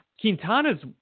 Quintana's